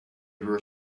were